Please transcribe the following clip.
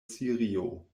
sirio